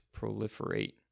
proliferate